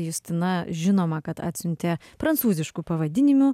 justina žinoma kad atsiuntė prancūzišku pavadinimu